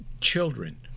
children